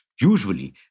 Usually